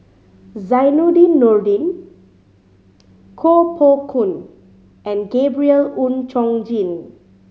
Zainudin Nordin Koh Poh Koon and Gabriel Oon Chong Jin